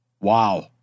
wow